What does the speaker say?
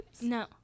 no